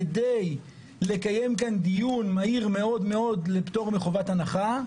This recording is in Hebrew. כדי לקיים כאן דיון מהיר מאוד מאוד לפטור מחובת הנחה,